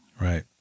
Right